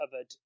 covered